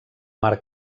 mar